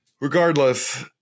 Regardless